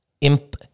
imp